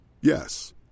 Yes